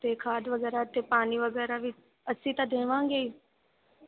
ਅਤੇ ਖਾਦ ਵਗੈਰਾ ਅਤੇ ਪਾਣੀ ਵਗੈਰਾ ਵੀ ਅਸੀਂ ਤਾਂ ਦੇਵਾਂਗੇ ਹੀ